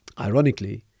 ironically